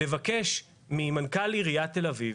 לבקש ממנכ"ל עיריית תל אביב,